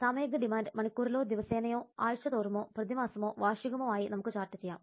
സാമയിക demand മണിക്കൂറിലോ ദിവസേനയോ ആഴ്ചതോറുമോ പ്രതിമാസമോ വാർഷികമോ ആയി നമുക്ക് ചാർട്ട് ചെയ്യാം